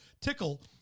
tickle